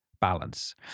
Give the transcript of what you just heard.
balance